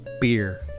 Beer